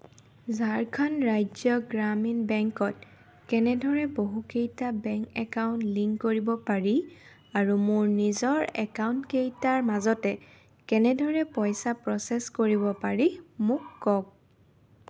ঝাৰখণ্ড ৰাজ্য গ্ৰামীণ বেংকত কেনেদৰে বহুকেইটা বেংক একাউণ্ট লিংক কৰিব পাৰি আৰু মোৰ নিজৰ একাউণ্টকেইটাৰ মাজতে কেনেদৰে পইচা প্ৰচেছ কৰিব পাৰি মোক কওক